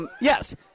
Yes